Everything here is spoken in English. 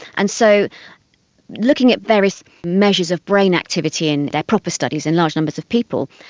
and so looking at various measures of brain activity in their proper studies in large numbers of people,